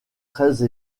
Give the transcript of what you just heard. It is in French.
treize